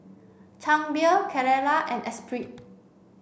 Chang Beer Carrera and Espirit